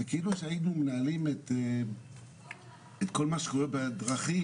זה כאילו שהיינו מנהלים את כל מה שקורה בדרכים,